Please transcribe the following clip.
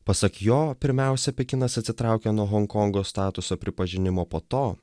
pasak jo pirmiausia pekinas atsitraukia nuo honkongo statuso pripažinimo po to